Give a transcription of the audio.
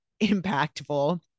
impactful